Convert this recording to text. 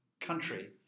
country